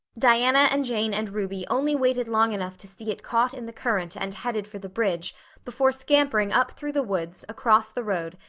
diana and jane and ruby only waited long enough to see it caught in the current and headed for the bridge before scampering up through the woods, across the road,